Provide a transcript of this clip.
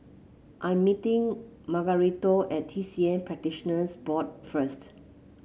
I am meeting Margarito at T C M Practitioners Board first